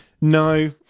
No